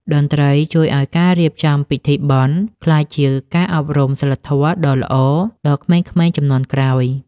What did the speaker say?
តន្ត្រីជួយឱ្យការរៀបចំពិធីបុណ្យ ក្លាយជាការអប់រំសីលធម៌ដ៏ល្អដល់ក្មេងៗជំនាន់ក្រោយ។